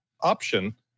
option